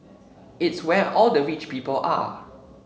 it's where all the rich people are